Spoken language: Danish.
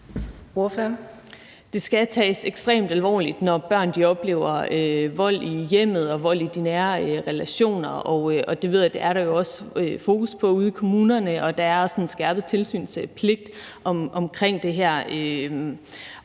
Det skal tages ekstremt alvorligt, når børn oplever vold i hjemmet og vold i de nære relationer. Og det ved jeg der jo også er fokus på ude i kommunerne, og der er også en skærpet tilsynspligt omkring det her.